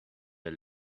der